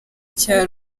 cya